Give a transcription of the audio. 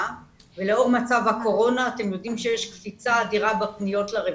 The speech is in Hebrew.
ולאור מצב הקורונה אתם יודעים שיש קפיצה אדירה בפניות לרווחה.